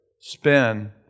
spin